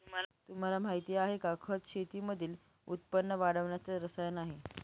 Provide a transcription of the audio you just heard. तुम्हाला माहिती आहे का? खत शेतीमधील उत्पन्न वाढवण्याच रसायन आहे